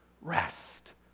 rest